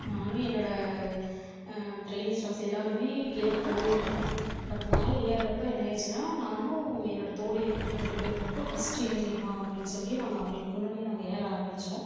நானும் என்னோட training staffs எல்லாருமே கீழே போயிருந்தோம் பட் மேலே ஏறுறப்ப என்னாயிருட்ச்சின்னா நானும் என்னோடய தோழி ரெண்டு பேர் மட்டும் ஃபஸ்ட் ஏறிடலாம் அப்படினு சொல்லி நாங்கள் அவங்களுக்கு முன்னாடியே நாங்கள் ஏற ஆரம்பித்தோம்